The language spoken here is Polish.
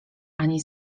ani